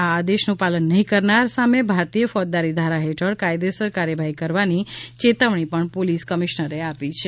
આ આદેશનું પાલન નહીં કરનાર સામે ભારતીય ફોજદારી ધારા હેઠળ કાયદેસર કાર્યવાહી કરવાની ચેતવણી પણ પોલીસ કમિશ્નરે આપી છે